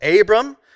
Abram